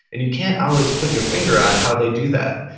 and you can't always put your finger on how they do that.